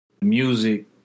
music